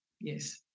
yes